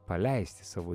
paleisti savo